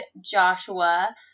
Joshua